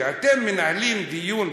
כשאתם מנהלים דיון,